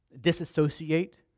disassociate